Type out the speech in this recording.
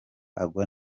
agwa